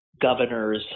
governors